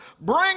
bring